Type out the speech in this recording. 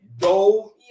Go